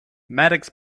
maddox